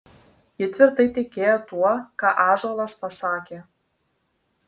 ji tvirtai tikėjo tuo ką ąžuolas pasakė